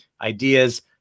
ideas